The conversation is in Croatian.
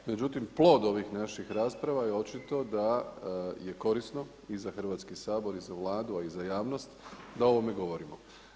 Međutim, plod ovih naših rasprava je očito da je korisno i za Hrvatski sabor i za Vladu, a i za javnost da o ovome govorimo.